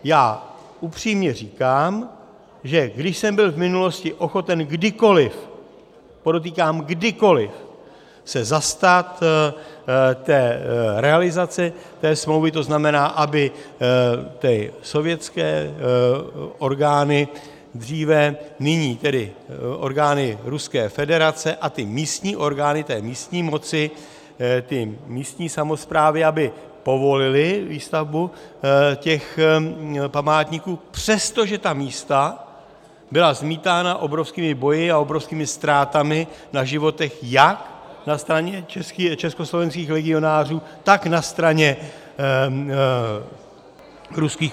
Já upřímně říkám, že když jsem byl v minulosti ochoten kdykoliv podotýkám kdykoliv se zastat té realizace té smlouvy, to znamená, aby ty sovětské orgány dříve, nyní tedy orgány Ruské federace, a ty místní orgány té místní moci, ty místní samosprávy, aby povolily výstavbu těch památníků, přestože ta místa byla zmítána obrovskými boji a obrovskými ztrátami na životech jak na straně československých legionářů, tak na straně ruských občanů